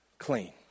clean